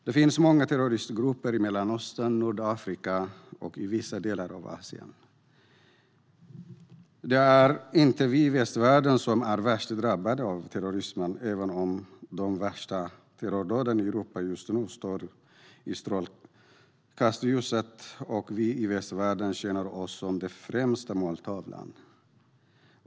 Det finns många terroristgrupper i Mellanöstern, Nordafrika och i vissa delar av Asien. Det är inte vi i västvärlden som är värst drabbade av terrorismen även om de värsta terrordåden i Europa just nu står i strålkastarljuset och vi i västvärlden känner oss som den främsta måltavlan.